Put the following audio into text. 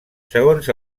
segons